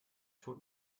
tut